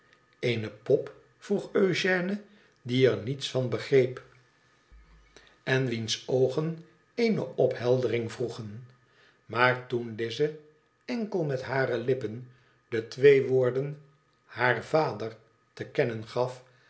ene pop vroeg eugène die er niets van begreep en wiens oogen eene opheldering vroegen maar toen lize enkel met hare lippen de twee woorden haar vader te kennen gaf